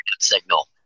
signal